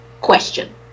question